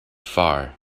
far